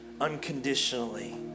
unconditionally